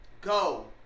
Go